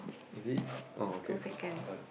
is it oh okay okay done